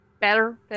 better